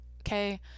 Okay